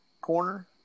Corner